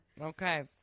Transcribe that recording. Okay